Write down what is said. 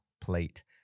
plate